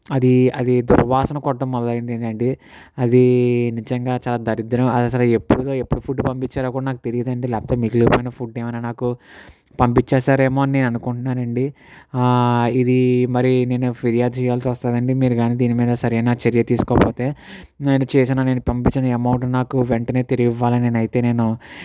అది అది దుర్వాసన కొట్టడం మొదలయ్యింది అండి అది నిజంగా చాలా దరిద్రం అది అసలు ఎప్పుడుదో ఎప్పుడుదో ఫుడ్ పంపించారో నాకు తెలియదు అండి లేకపోతే మిగిలిపోయిన ఫుడ్ ఏమైనా నాకు పంపించేసారు ఏమో అని నేను అనుకుంటున్నాను అండి ఇది మరీ నేను ఫిర్యాదు చేయాల్సి వస్తుంది అండి మీరు కానీ దీనిమీద సరియైన చర్య తీసుకోకపోతే నేను చేసిన నేను పంపించిన అమౌంట్ నాకు వెంటనే తిరిగి ఇవ్వాలి అని అయితే నేను